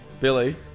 Billy